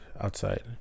outside